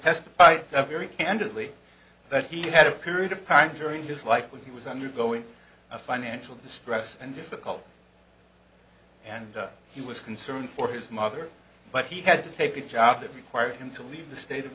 testified very candidly that he had a period of time during his life when he was undergoing a financial distress and difficult and he was concerned for his mother but he had to take a job that required him to leave the state of